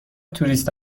توریست